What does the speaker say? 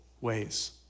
ways